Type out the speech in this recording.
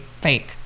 fake